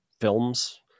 Films